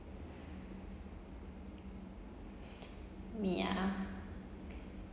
me ah